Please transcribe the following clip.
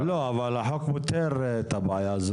אבל החוק פותר את הבעיה.